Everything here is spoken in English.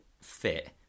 fit